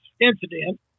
incident